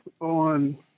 on